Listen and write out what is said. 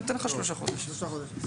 אני נותן לך שלושה חודשים.